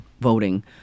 voting